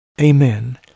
Amen